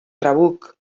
trabuc